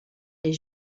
les